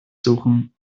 suchen